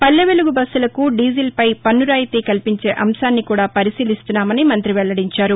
పల్లె వెలుగు బస్సులకు డీజిల్ పై పస్ను రాయితీ కల్పించే అంశాన్ని కూడా పరిశీలిస్తున్నామని మంతి వెల్లడించారు